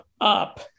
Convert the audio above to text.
up